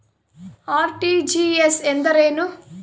RTGS ಎಂದರೇನು?